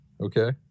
okay